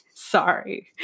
Sorry